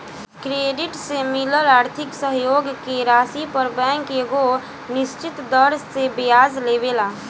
credit से मिलल आर्थिक सहयोग के राशि पर बैंक एगो निश्चित दर से ब्याज लेवेला